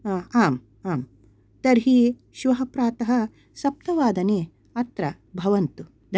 आम् आम् तर्हि श्वः प्रातः सप्तवादने अत्र भवन्तु